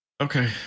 Okay